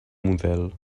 model